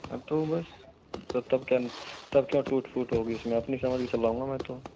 अब तो बस तब क्यों टूट फूट होगी इसमें अपनी समझ के चलाऊँगा मैं तो